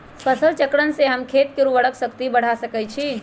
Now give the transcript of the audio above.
फसल चक्रण से हम खेत के उर्वरक शक्ति बढ़ा सकैछि?